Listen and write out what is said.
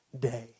day